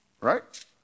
Right